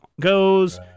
goes